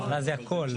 אבל מה זה הכל?